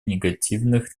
негативных